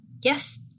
yes